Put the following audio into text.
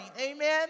Amen